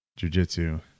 jujitsu